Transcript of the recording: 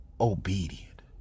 obedient